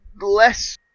Less